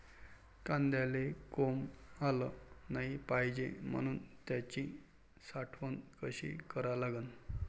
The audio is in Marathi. कांद्याले कोंब आलं नाई पायजे म्हनून त्याची साठवन कशी करा लागन?